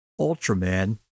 Ultraman